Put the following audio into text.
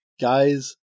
Guys